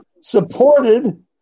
supported